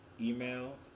email